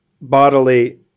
bodily